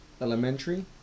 elementary